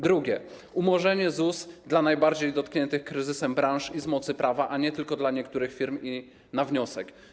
Drugie - umorzenie ZUS dla najbardziej dotkniętych kryzysem branż i z mocy prawa, a nie tylko dla niektórych firm i na wniosek.